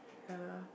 ya